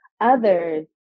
others